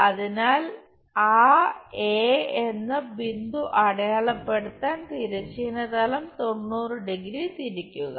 അതിനാൽ ആ എന്ന ബിന്ദു അടയാളപ്പെടുത്താൻ തിരശ്ചീന തലം 90 ഡിഗ്രി 90° തിരിക്കുക